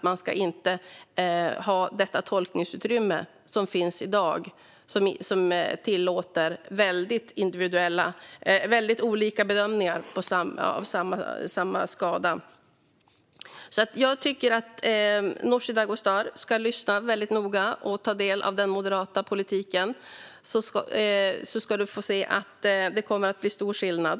Man ska inte ha det tolkningsutrymme som finns i dag, som tillåter väldigt olika bedömningar av samma skada. Jag tycker att du ska lyssna noga, Nooshi Dadgostar, och ta del av den moderata politiken. Du ska få se att det blir stor skillnad.